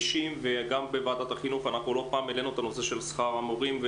גם בוועדת החינוך לא פעם העלינו את הנושא של שכר המורים.